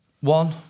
one